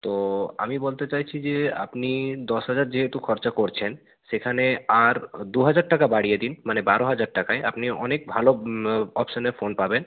তো আমি বলতে চাইছি যে আপনি দশ হাজার যেহেতু খরচা করছেন সেখানে আর দু হাজার টাকা বাড়িয়ে দিন মানে বারো হাজার টাকায় আপনি অনেক ভালো অপশনের ফোন পাবেন